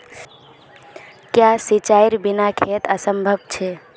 क्याँ सिंचाईर बिना खेत असंभव छै?